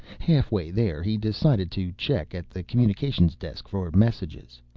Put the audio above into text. halfway there, he decided to check at the communications desk for messages.